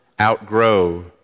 outgrow